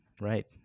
Right